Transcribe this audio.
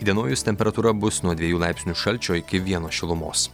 įdienojus temperatūra bus nuo dviejų laipsnių šalčio iki vieno šilumos